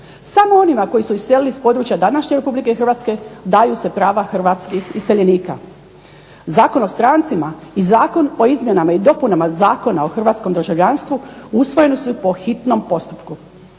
Samo onima koji su iselili s područja današnje Republike Hrvatske daju se prava hrvatskih iseljenika. Zakon o strancima i Zakon o izmjenama i dopunama zakona o hrvatskom državljanstvu usvojeni su po hitnom postupku.